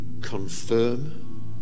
confirm